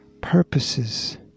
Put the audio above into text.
purposes